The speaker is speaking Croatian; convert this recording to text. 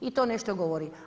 I to nešto govori.